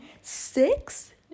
Six